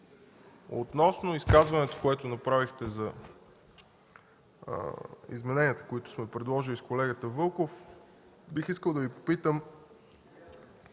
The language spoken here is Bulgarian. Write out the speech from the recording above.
Относно изказването, което направихте за измененията, които сме предложили с колегата Вълков. Бих искал да Ви попитам: